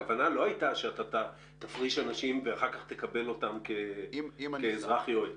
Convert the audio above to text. הכוונה לא הייתה שאתה תפריש אנשים ואחר כך תקבל אותם כאזרח יועץ.